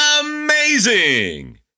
Amazing